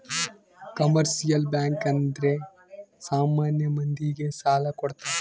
commercial bank ಅಂದ್ರೆ ಸಾಮಾನ್ಯ ಮಂದಿ ಗೆ ಸಾಲ ಕೊಡ್ತಾರ